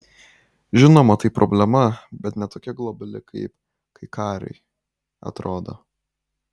žinoma tai problema bet ne tokia globali kaip kaikariui atrodo